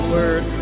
Word